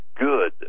good